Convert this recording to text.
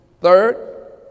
Third